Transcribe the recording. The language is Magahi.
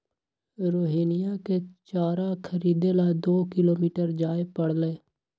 रोहिणीया के चारा खरीदे ला दो किलोमीटर जाय पड़लय